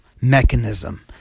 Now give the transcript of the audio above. mechanism